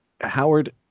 Howard